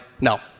no